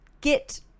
get